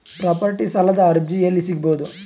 Property ಸಾಲದ ಅರ್ಜಿ ಎಲ್ಲಿ ಸಿಗಬಹುದು?